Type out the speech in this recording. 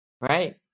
right